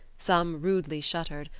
some rudely shuttered,